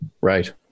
Right